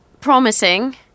promising